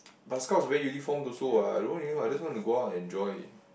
but Scouts very uniform also [what] I don't want uniform I just want to go out enjoy